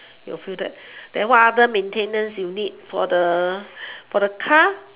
you'll feel that then what other maintenance you need for the for the car